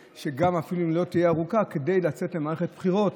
אפילו אם לא תהיה ארוכה, כדי לצאת למערכת בחירות